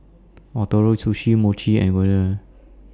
Ootoro Sushi Mochi and